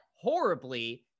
horribly